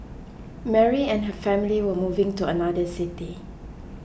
Mary and her family were moving to another city